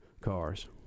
cars